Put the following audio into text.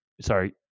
Sorry